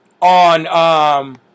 on